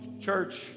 church